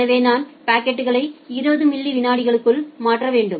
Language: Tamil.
எனவே நான் பாக்கெட்களை 20 மில்லி விநாடிக்குள் மாற்ற வேண்டும்